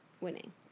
winning